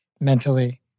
mentally